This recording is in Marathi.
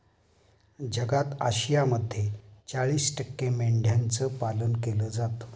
जगात आशियामध्ये चाळीस टक्के मेंढ्यांचं पालन केलं जातं